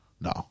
No